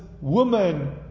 woman